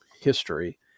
history